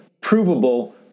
provable